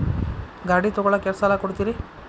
ಗಾಡಿ ತಗೋಳಾಕ್ ಎಷ್ಟ ಸಾಲ ಕೊಡ್ತೇರಿ?